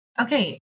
Okay